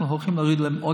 אנחנו הולכים להוריד מחירים,